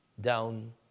down